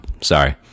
sorry